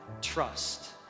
trust